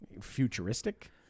futuristic